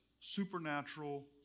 supernatural